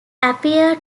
appeared